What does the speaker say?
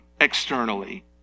externally